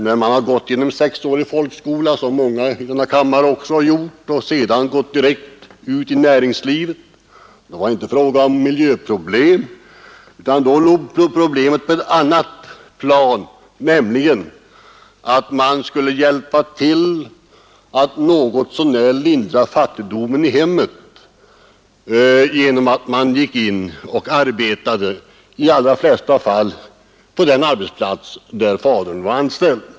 När man gått igenom 6-årig folkskola, som många i denna kammare gjort, och sedan direkt ut i näringslivet så vet man att det inte var fråga om miljöproblem på den tiden. Problemet låg på ett helt annat plan, nämligen att man skulle hjälpa till att något så när lindra fattigdomen i hemmet genom att man tog arbete, i de allra flesta fall på den arbetsplats där fadern var anställd.